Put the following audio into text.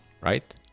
right